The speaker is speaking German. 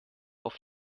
auf